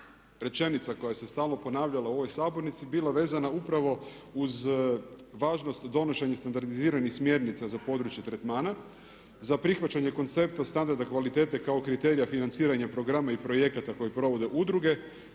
rečenica koja se stalno ponavljala bila vezana upravo uz važnost donošenja standardiziranih smjernica za područje tretmana, za prihvaćanje koncepta standarda kvalitete kao kriterija financiranja programa i projekata koji provode udruge